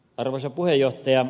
arvoisa puhemies